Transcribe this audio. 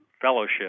fellowship